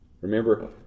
Remember